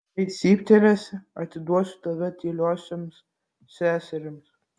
jei cyptelėsi atiduosiu tave tyliosioms seserims